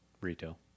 retail